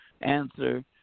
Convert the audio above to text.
answer